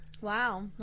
Wow